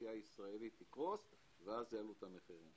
שהתעשייה הישראלית תקרוס ואז יעלו את המחירים.